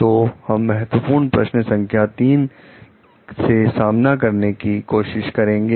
तो हम महत्वपूर्ण प्रश्न संख्या 3 से सामना करने की कोशिश करेंगे